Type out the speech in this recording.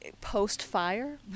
post-fire